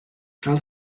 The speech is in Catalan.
cal